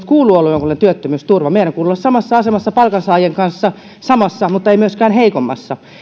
kuuluu olla jonkinlainen työttömyysturva meidän kuuluu olla samassa asemassa palkansaajien kanssa samassa mutta ei myöskään heikommassa